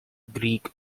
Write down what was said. greek